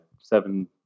seven